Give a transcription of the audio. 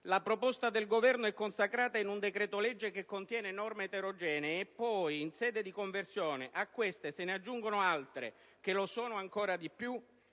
la proposta del Governo è consacrata in un decreto-legge che contiene norme eterogenee e poi, in sede di conversione, a queste se ne aggiungono altre che lo sono ancora di più